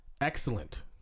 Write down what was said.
Excellent